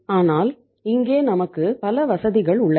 ஆனால் இங்கே நமக்கு பல வசதிகள் உள்ளன